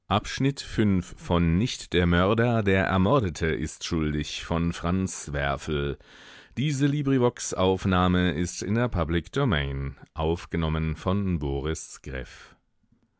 nicht der mörder der ermordete ist schuldig